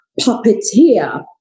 puppeteer